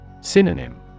Synonym